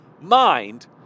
mind